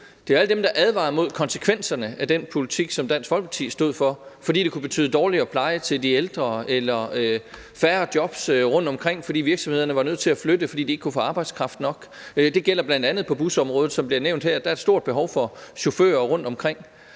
Det er alle dem, der advarede mod konsekvenserne af den politik, som Dansk Folkeparti stod for, fordi det kunne betyde dårligere pleje til de ældre eller færre jobs rundtomkring, fordi virksomhederne var nødt til at flytte, fordi de ikke kunne få arbejdskraft nok. Det gælder bl.a. på busområdet, som bliver nævnt her. Der er et stort behov for chauffører rundtomkring.